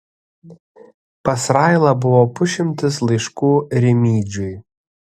pas railą buvo pusšimtis laiškų rimydžiui